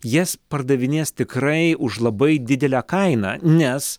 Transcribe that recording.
jas pardavinės tikrai už labai didelę kainą nes